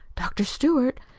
dr stewart?